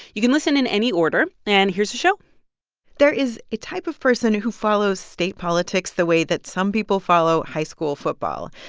you can listen in any order. and here's the show there is a type of person who who follows state politics the way that some people follow high school football,